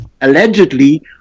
allegedly